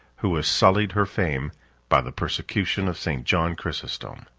who was sullied her fame by the persecution of st. john chrysostom.